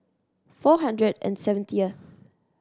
four hundred and seventieth